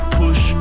push